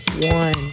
one